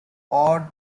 odd